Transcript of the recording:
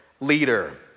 leader